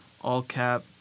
all-cap